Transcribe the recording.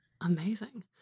Amazing